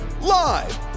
live